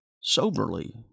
soberly